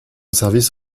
service